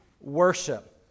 worship